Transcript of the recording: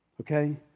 Okay